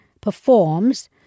performs